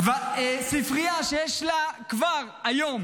ספרייה שיש לה כבר היום